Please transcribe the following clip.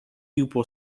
pupil